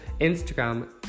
Instagram